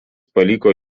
paliko